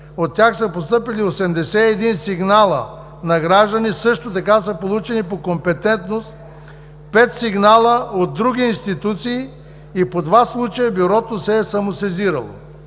От тях са постъпили 81 сигнала на граждани, също така са получени по компетентност 5 сигнала от други институции и по 2 случая Бюрото се е самосезирало.